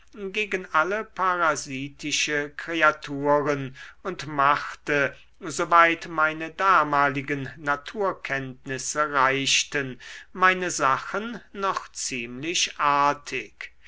gegen alle parasitische kreaturen und machte soweit meine damaligen naturkenntnisse reichten meine sachen noch ziemlich artig